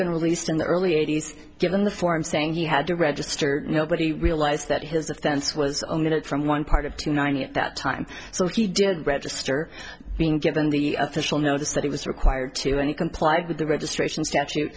been released in the early eighties given the form saying he had to register nobody realized that his offense was a minute from one part of to ninety at that time so he did register being given the official notice that he was required to and he complied with the registration statute